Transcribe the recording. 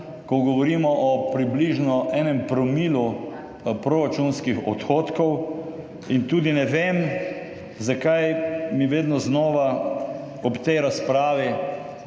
ko govorimo o približno enem promilu proračunskih odhodkov, in tudi ne vem, zakaj mi vedno znova ob tej razpravi